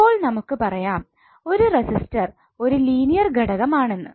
ഇപ്പോൾ നമുക്ക് പറയാം ഒരു റെസിസ്റ്റർ ഒരു ലീനിയർഘടകമാണെന്ന്